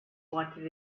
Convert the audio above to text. wanted